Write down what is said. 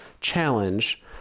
challenge